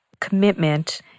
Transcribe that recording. commitment